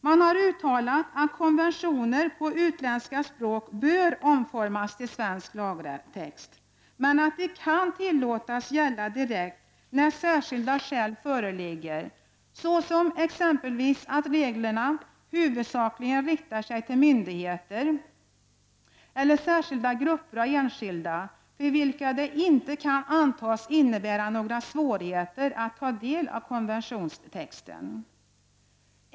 Man har uttalat att konventioner på utländska språk bör omformas till svensk lagtext, men att de kan tillåtas gälla direkt när särskilda skäl föreligger, exempelvis att reglerna huvudsakligen riktar sig till myndigheter eller särskilda grupper av enskilda, för vilka det inte kan antas innebära några svårigheter att ta del av konventionstexten.